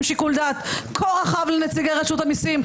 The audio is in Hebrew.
שיקול דעת כה רחב לנציגי רשות המסים.